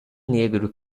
negro